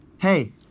Hey